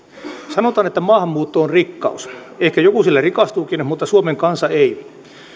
sanotaan että maahanmuutto on rikkaus ehkä joku sillä rikastuukin mutta suomen kansa ei